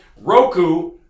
Roku